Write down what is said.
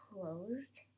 closed